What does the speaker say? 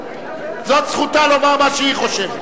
זאת זכותה לומר מה שהיא חושבת.